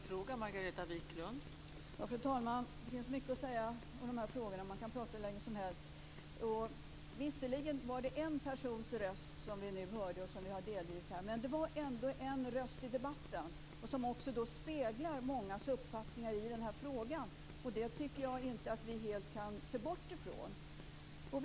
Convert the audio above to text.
Fru talman! Det finns mycket att säga om dessa frågor, och man kan prata hur länge som helst. Visserligen var det en persons röst som jag har delgivit här, men det var ändå en röst i debatten som speglar mångas uppfattning i den här frågan. Det kan vi inte helt bortse ifrån.